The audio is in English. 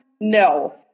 no